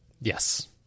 Yes